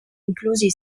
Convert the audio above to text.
inclusi